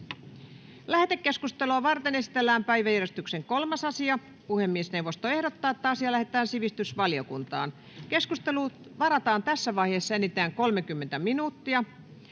Lähetekeskustelua varten esitellään päiväjärjestyksen 4. asia. Puhemiesneuvosto ehdottaa, että asia lähetetään sivistysvaliokuntaan. Keskusteluun varataan tässä vaiheessa enintään 30 minuuttia.